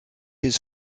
his